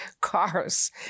cars